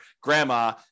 grandma